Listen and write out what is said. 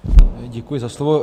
Děkuji za slovo.